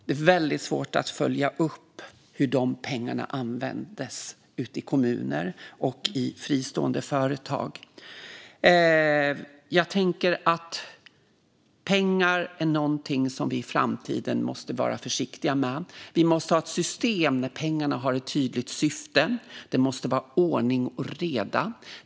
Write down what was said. Det är väldigt svårt att följa upp hur de pengarna användes ute i kommuner och i fristående företag. Pengar är någonting som vi i framtiden måste vara försiktiga med. Vi måste ha ett system där pengarna har ett tydligt syfte. Det måste vara ordning och reda.